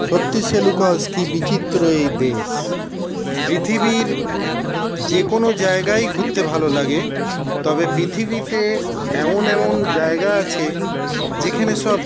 সত্যি সেলুকাস কি বিচিত্র এই দেশ পৃথিবীর যেকোনো জায়গায় ঘুরতে ভালো লাগে তবে পৃথিবীতে এমন এমন জায়গা আছে যেখানে সব